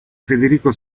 federico